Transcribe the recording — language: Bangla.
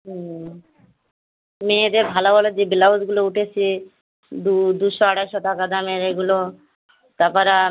হুম মেয়েদের ভালো ভালো যে ব্লাউজগুলো উঠেছে দু দুশো আড়াইশো টাকা দামের এগুলো তার পরে